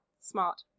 smart